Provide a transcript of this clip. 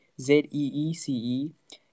Z-E-E-C-E